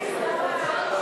לא.